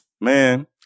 Man